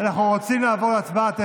אנחנו רוצים לעבור להצבעה תכף.